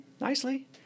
nicely